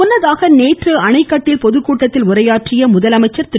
முன்னதாக நேற்று அணைகட்டில் பொதுக்கூட்டத்தில் உரையாற்றிய முதலமைச்சர் திரு